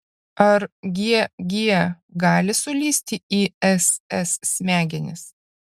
ar g g gali sulįsti į s s smegenis